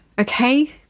okay